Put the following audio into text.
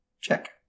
Check